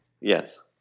Yes